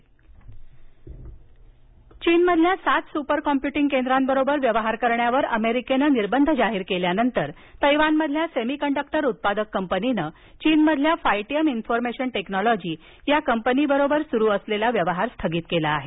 Taiwan निर्बंध चीनमधल्या सात सुपर कॉम्प्यूटिंग केद्रांबरोबर व्यवहार करण्यावर अमेरिकेनं निर्बंध जाहीर केल्यानंतर तैवानमधल्या सेमिकंडक्टर उत्पादक कंपनीनं चीनमधील फायटियम इन्फोर्मेशन टेक्नॉलॉजी या कंपनीबरोबर सुरू असलेला व्यवहार स्थगित केला आहे